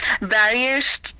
Barriers